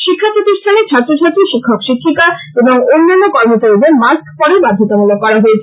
শিক্ষাপ্রতিষ্ঠানে ছাত্রছাত্রী শিক্ষক শিক্ষিকা এবং অন্যান্য কর্মচারীদের মস্ক পড়া বাধ্যতামূলক করা হয়েছে